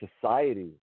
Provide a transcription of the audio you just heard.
society